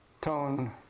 tone